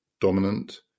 dominant